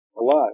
alive